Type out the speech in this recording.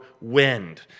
wind